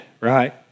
right